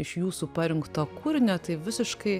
iš jūsų parinkto kūrinio tai visiškai